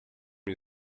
you